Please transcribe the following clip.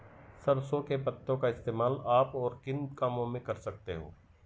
सरसों के पत्तों का इस्तेमाल आप और किन कामों में कर सकते हो?